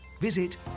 Visit